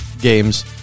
games